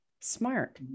Smart